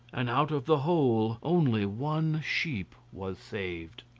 and out of the whole only one sheep was saved.